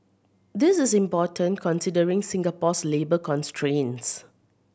this is important considering Singapore's labour constraints